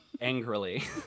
angrily